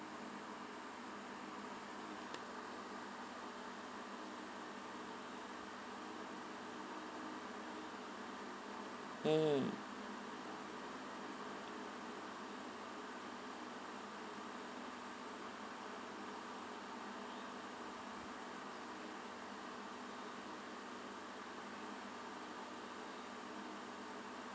mm